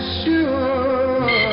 sure